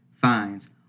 fines